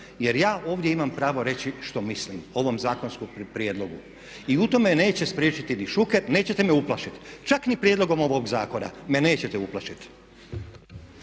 jer ja ovdje imam pravo reći što mislim o ovom zakonskom prijedlogu. I u tome me neće spriječiti ni Šuker, nećete me uplašiti čak ni prijedlogom ovog zakona me nećete uplašiti.